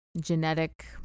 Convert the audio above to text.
genetic